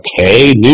okay